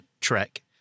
Trek